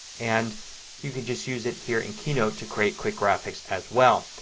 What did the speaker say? and you can just use it here in keynote to create quick graphics as well.